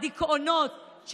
הדיכאונות,